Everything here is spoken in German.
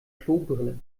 klobrille